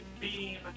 beam